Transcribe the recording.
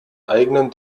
eigenen